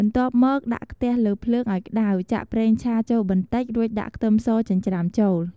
បន្ទាប់មកដាក់ខ្ទះលើភ្លើងឱ្យក្តៅ ចាក់ប្រេងឆាចូលបន្តិច រួចដាក់ខ្ទឹមសចិញ្ច្រាំចូល ។